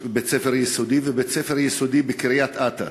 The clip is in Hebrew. בית-ספר יסודי, ובבית-ספר יסודי בקריית-אתא.